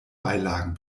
beilagen